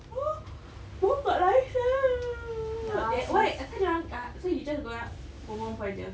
oh both got license eh why kan dia orang ah so you're just going out promo further